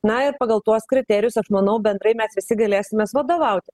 na ir pagal tuos kriterijus aš manau bendrai mes visi galėsimės vadovauti